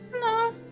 No